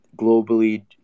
globally